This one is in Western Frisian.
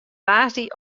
woansdei